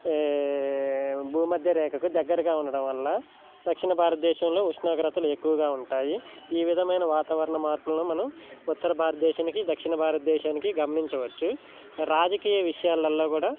భూమధ్య రేఖకు దగ్గరగా ఉండడం వల్ల దక్షిణ భారతదేశంలో ఉష్ణోగ్రతలు ఎక్కువగా ఉంటాయి ఈ విధమైన వాతావరణ మార్పులను మనం ఉత్తర భారతదేశానికి దక్షిణ భారతదేశానికి గమనించవచ్చు రాజకీయ విషయాలల్లో కూడా